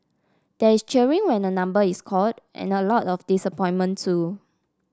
there is cheering when a number is called and a lot of disappointment too